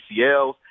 ACLs